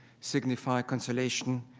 signify consolation,